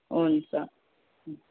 हुन्छ